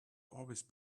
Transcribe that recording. always